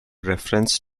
reference